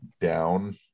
down